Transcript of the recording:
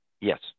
Yes